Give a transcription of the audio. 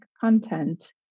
content